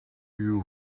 you